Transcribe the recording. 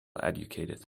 educated